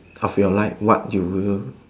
of your life what you will